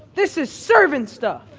this is servant stuff.